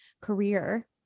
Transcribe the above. career